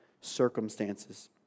circumstances